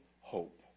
hope